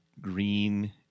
green